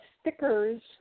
stickers